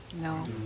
no